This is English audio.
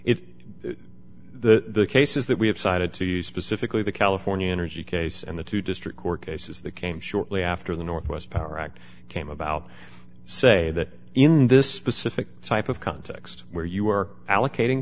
if the cases that we have cited to you specifically the california energy case and the two district court cases that came shortly after the northwest power act came about say that in this specific type of context where you are allocating